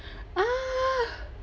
ah